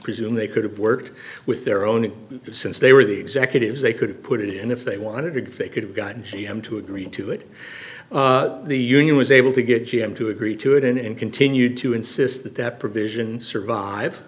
presume they could have worked with their own since they were the executives they could put in if they wanted to they could have gotten g m to agree to it the union was able to get g m to agree to it and continued to insist that that provision survive